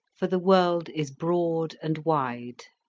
for the world is broad and wide